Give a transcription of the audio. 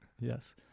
Yes